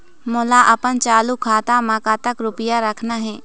मोला अपन चालू खाता म कतक रूपया रखना हे?